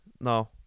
No